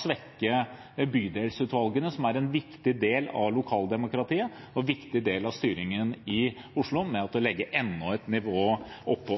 svekke bydelsutvalgene, som er en viktig del av lokaldemokratiet og en viktig del av styringen i Oslo, å legge enda et nivå oppå.